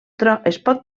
pot